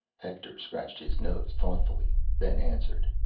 hector scratched his nose thoughtfully, then answered,